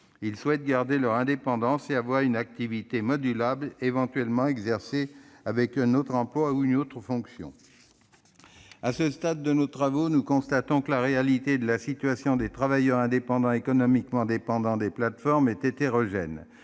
ils souhaitent garder leur indépendance et avoir une activité modulable, éventuellement exercée parallèlement à un autre emploi ou à une autre fonction. À ce stade de nos travaux, nous constatons que la réalité de la situation des travailleurs indépendants économiquement dépendants des plateformes est hétérogène